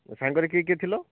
ସାଙ୍ଗରେ କିଏ କିଏ ଥିଲ